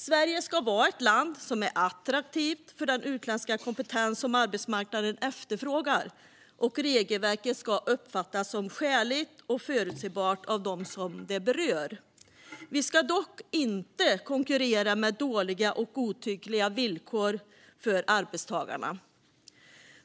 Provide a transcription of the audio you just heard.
Sverige ska vara ett land som är attraktivt för den utländska kompetens som arbetsmarknaden efterfrågar, och regelverket ska uppfattas som skäligt och förutsebart av dem som det berör. Vi ska dock inte konkurrera med dåliga och godtyckliga villkor för arbetstagarna.